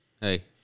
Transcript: Hey